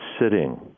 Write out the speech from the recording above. sitting